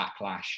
Backlash